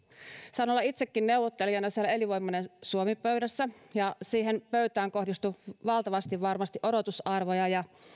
olla itsekin neuvottelijana siellä elinvoimainen suomi pöydässä ja siihen pöytään kohdistui varmasti valtavasti odotusarvoja